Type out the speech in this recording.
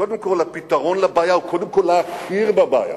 הפתרון לבעיה הוא קודם כול להכיר בבעיה,